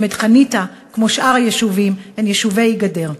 שחניתה ושאר היישובים הם יישובי גדר.